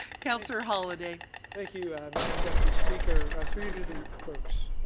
councillor holyday thank you, madame deputy speaker. through you to the clerks,